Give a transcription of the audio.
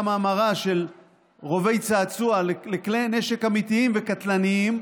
המרה של רובי צעצוע לכלי נשק אמיתיים וקטלניים,